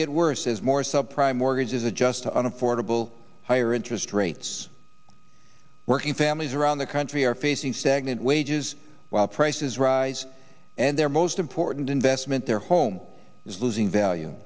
get worse as more sub prime mortgages adjust to on affordable higher interest rates working families around the country are facing stagnant wages while prices rise and their most important investment their home is losing value